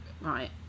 right